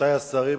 רבותי השרים,